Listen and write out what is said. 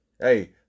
hey